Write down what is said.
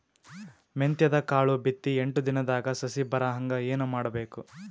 ಮೆಂತ್ಯದ ಕಾಳು ಬಿತ್ತಿ ಎಂಟು ದಿನದಾಗ ಸಸಿ ಬರಹಂಗ ಏನ ಮಾಡಬೇಕು?